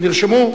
נרשמו?